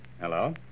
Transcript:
Hello